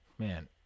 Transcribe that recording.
Man